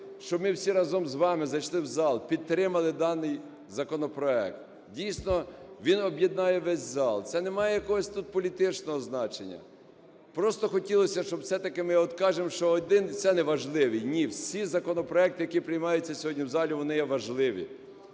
щоб ми всі разом з вами зайшли в зал, підтримали даний законопроект. Дійсно, він об'єднає весь зал, це не має якогось тут політичного значення. Просто хотілося, щоб все-таки… Ми от кажемо, що один – це неважливий. Ні, всі законопроекти, які приймаються сьогодні в залі, вони є важливі,